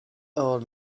our